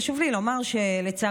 חשוב לי לומר שלצערי,